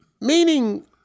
meaning